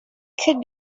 could